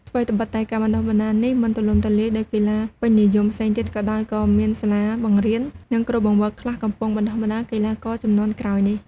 ថ្វីត្បិតតែការបណ្ដុះបណ្ដាលនេះមិនទូលំទូលាយដូចកីឡាពេញនិយមផ្សេងទៀតក៏ដោយ ក៏មានសាលាបង្រៀន និងគ្រូបង្វឹកខ្លះកំពុងបណ្ដុះបណ្ដាលកីឡាករជំនាន់ក្រោយនេះ។